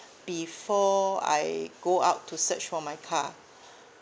before I go out to search for my car